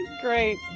Great